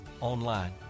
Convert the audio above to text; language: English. online